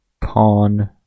Pawn